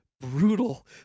brutal